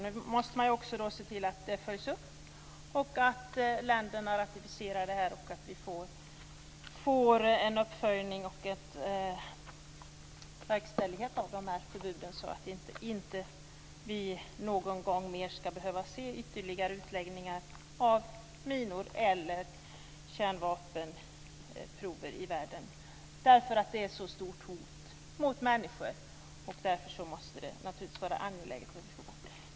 Nu måste man också se till att detta följs upp och att länderna ratificerar det här. Vi måste få uppföljning och verkställighet av de här förbuden så att vi aldrig mer skall behöva se ytterligare kärnvapenprov eller utläggningar av minor i världen. Detta är ett stort hot mot människor, och därför måste det vara angeläget att få bort det.